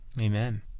Amen